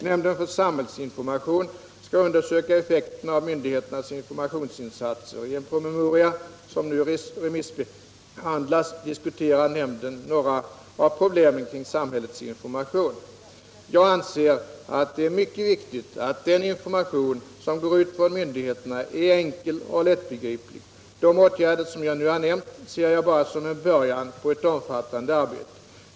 Nämnden för samhällsinformation skall undersöka effekten av myndigheternas informationsinsatser. I en promemoria, som nu remissbehandlas, diskuterar nämnden några av problemen kring samhällets information. Jag anser att det är mycket viktigt att den information som går ut från myndigheterna är enkel och lättbegriplig. De åtgärder som jag nu har nämnt ser jag bara som en början på ett omfattande arbete.